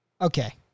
Okay